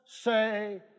say